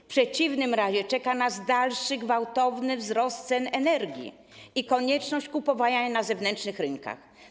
W przeciwnym razie czeka nas dalszy gwałtowny wzrost cen energii i konieczność kupowania jej na zewnętrznych rynkach.